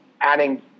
adding